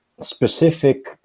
specific